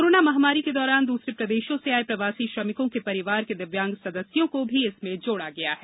corona महामारी के दौरान दूसरे प्रदेशों से आए प्रवासी श्रमिकों के परिवार के दिव्यांग सदस्यों को भी इसमें जोड़ा गया है